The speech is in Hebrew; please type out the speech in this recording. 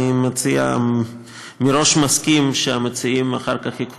אני מציע ומראש מסכים שהמציעים אחר כך ייקחו